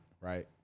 right